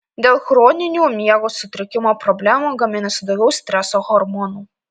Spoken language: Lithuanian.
dėl chroninių miego sutrikimo problemų gaminasi daugiau streso hormonų